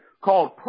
called